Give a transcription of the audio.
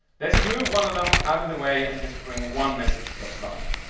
let's move one of them out of the way, and just bring one message per slide